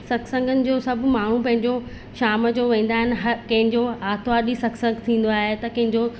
सतसंगनि जो सभु माण्हू पंहिंजो शाम जो वेंदा आहिनि हर कंहिंजो आर्तवार जी सतसंग थींदो आहे त कंहिंजो